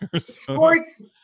Sports